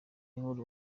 nkuru